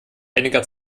einiger